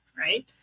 right